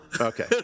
Okay